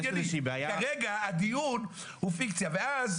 כרגע הדיון הוא פיקציה ואז,